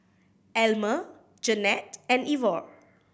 Elmer Jeanette and Ivor